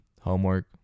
homework